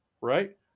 right